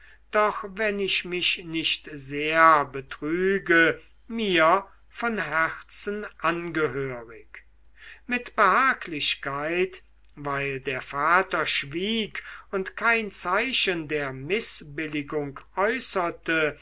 doch wenn ich mich nicht sehr betriege mir von herzen angehörig mit behaglichkeit weil der vater schwieg und kein zeichen der mißbilligung äußerte